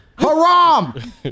Haram